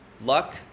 luck